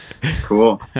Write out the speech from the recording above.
Cool